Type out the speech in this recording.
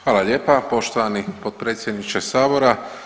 Hvala lijepa poštovani potpredsjedniče sabora.